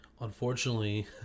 Unfortunately